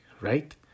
right